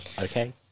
Okay